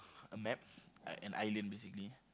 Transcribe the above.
a map an island basically